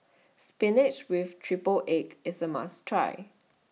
Spinach with Triple Egg IS A must Try